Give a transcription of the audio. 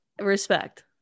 Respect